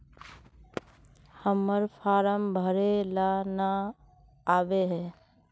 हम्मर फारम भरे ला न आबेहय?